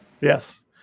yes